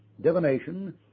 divination